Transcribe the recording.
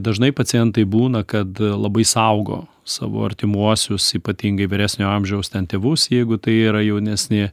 dažnai pacientai būna kad labai saugo savo artimuosius ypatingai vyresnio amžiaus ten tėvus jeigu tai yra jaunesnė